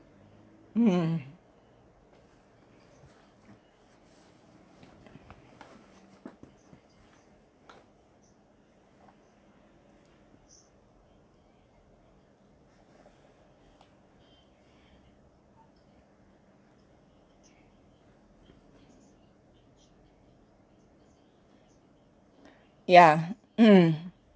mm ya mm